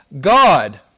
God